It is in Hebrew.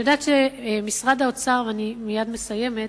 אני מייד מסיימת.